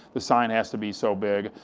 the sign has to be so big,